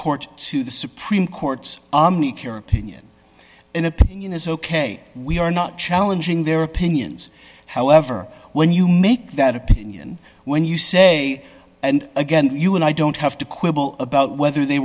court to the supreme court's opinion in opinion as ok we are not challenging their opinions however when you make that opinion when you say and again you and i don't have to quibble about whether they